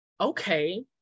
Okay